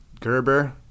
Gerber